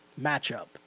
matchup